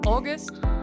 August